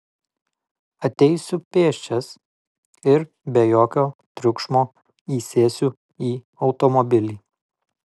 ateisiu pėsčias ir be jokio triukšmo įsėsiu į automobilį